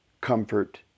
comfort